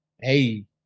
Hey